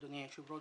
אדוני היושב ראש,